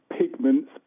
pigments